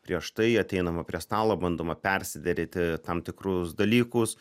prieš tai ateinama prie stalo bandoma persiderėti tam tikrus dalykus